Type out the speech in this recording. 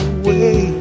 away